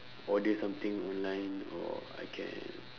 order something online or I can